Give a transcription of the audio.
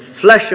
flesh